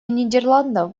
нидерландов